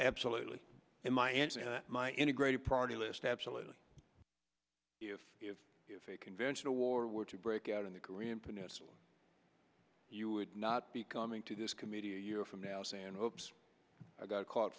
absolutely in my and my integrated priority list absolutely if if if a conventional war were to break out in the korean peninsula you would not be coming to this committee a year from now say and hopes i got caught